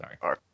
Sorry